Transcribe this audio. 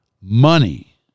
Money